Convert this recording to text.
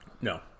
no